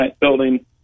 building